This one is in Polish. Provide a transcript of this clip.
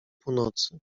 północy